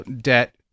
Debt